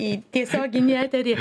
į tiesioginį eterį